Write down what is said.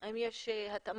האם יש התאמה,